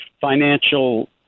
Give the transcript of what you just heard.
financial